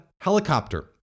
helicopter